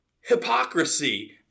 hypocrisy